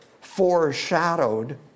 foreshadowed